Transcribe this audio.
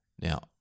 Now